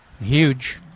huge